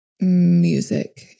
music